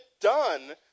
done